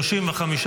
נתקבלה.